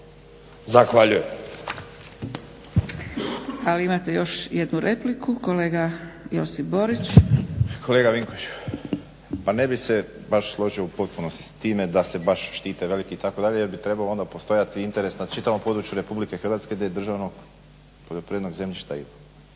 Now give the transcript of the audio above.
(SDP)** Ali imate još jednu repliku, kolega Josip Borić. **Borić, Josip (HDZ)** Kolega Vinkoviću, pa ne bih se baš složio u potpunosti s time da se baš štite veliki itd. jer bi trebao onda postojati interes na čitavom području Republike Hrvatske gdje državnog poljoprivrednog zemljišta ima.